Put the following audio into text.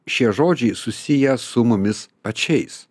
šie žodžiai susiję su mumis pačiais